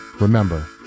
Remember